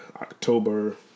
October